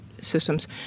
systems